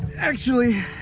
actually,